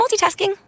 multitasking